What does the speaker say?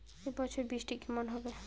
এবছর বৃষ্টি কেমন হবে?